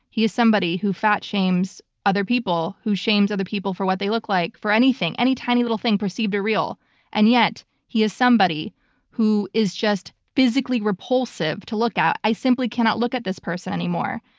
he is somebody who fat shames other people who shames other people for what they look like for anything. for any tiny little thing perceived or real and yet he is somebody who is just physically repulsive to look at. i simply cannot look at this person anymore.